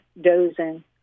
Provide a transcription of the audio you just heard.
dozing